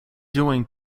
doing